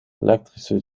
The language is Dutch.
elektrische